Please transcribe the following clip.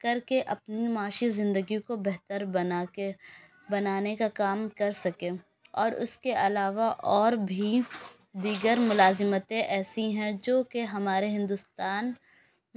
کر کے اپنی معاشی زندگی کو بہتر بنا کے بنانے کا کام کر سکے اور اس کے علاوہ اور بھی دیگر ملازمتیں ایسی ہیں جوکہ ہمارے ہندوستان